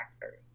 factors